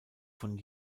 von